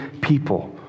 people